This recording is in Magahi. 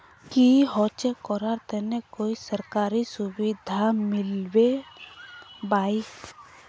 की होचे करार तने कोई सरकारी सुविधा मिलबे बाई?